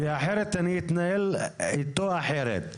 אחרת, אני אתנהל איתו אחרת.